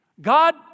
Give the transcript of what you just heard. God